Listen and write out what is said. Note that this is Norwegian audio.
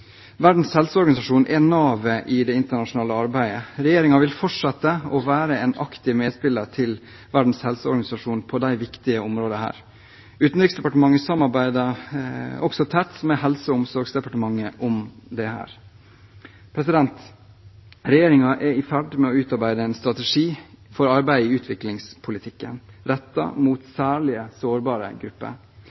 Verdens helseorganisasjon er navet i det internasjonale arbeidet. Regjeringen vil fortsette å være en aktiv medspiller til Verdens helseorganisasjon på disse viktige områdene. Utenriksdepartementet samarbeider også tett med Helse- og omsorgsdepartementet om dette. Regjeringen er i ferd med å utarbeide en strategi for arbeidet i utviklingspolitikken rettet mot særlig sårbare grupper.